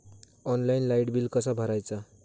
Online light bill कसा भरायचा?